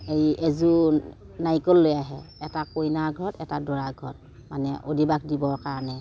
আৰু এজোৰ নাৰিকল লৈ আহে এটা কইনা ঘৰত এটা দৰাৰ ঘৰত মানে অদিবাস দিবৰ কাৰণে